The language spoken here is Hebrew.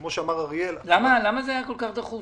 כמו שאמר אריאל -- למה זה היה לכם כל-כך דחוף?